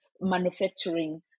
manufacturing